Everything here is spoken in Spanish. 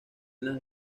las